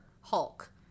Hulk